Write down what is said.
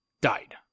died